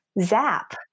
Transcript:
zap